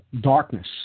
darkness